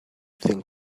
think